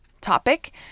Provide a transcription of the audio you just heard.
topic